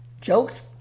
Jokes